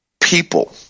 People